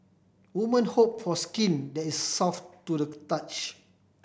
woman hope for skin that is soft to the touch